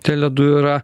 tele du yra